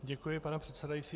Děkuji, pane předsedající.